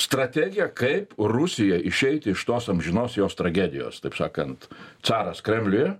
strategija kaip rusijai išeiti iš tos amžinos jos tragedijos taip sakant caras kremliuje